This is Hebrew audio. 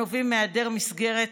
הנובעים מהיעדר מסגרת,